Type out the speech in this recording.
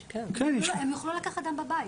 הם יוכלו לקחת דם בבית?